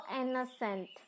innocent